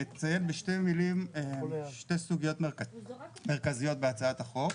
שתי סוגיות מרכזיות בהצעת החוק,